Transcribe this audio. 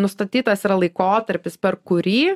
nustatytas yra laikotarpis per kurį